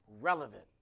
relevant